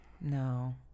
No